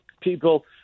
people